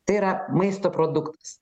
tai yra maisto produktas